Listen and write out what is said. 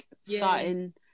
starting